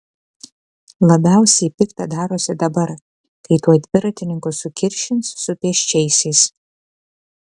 labiausiai pikta darosi dabar kai tuoj dviratininkus sukiršins su pėsčiaisiais